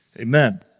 Amen